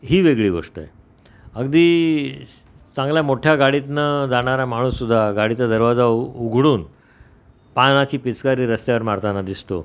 ही वेगळी गोष्ट आहे अगदी चांगल्या मोठ्या गाडीतनं जाणारा माणूसुद्धा गाडीचा दरवाजा उ उघडून पानाची पिचकरी रस्त्यावर मारताना दिसतो